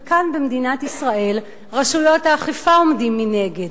וכאן במדינת ישראל, רשויות האכיפה עומדות מנגד,